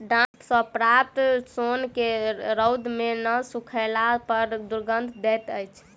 डांट सॅ प्राप्त सोन के रौद मे नै सुखयला पर दुरगंध दैत अछि